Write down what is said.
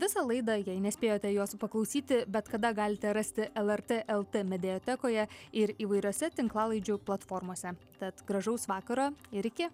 visą laidą jei nespėjote jos paklausyti bet kada galite rasti lrt lt mediatekoje ir įvairiose tinklalaidžių platformose tad gražaus vakaro ir iki